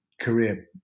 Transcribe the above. career